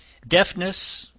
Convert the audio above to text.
deafness,